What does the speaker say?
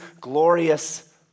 glorious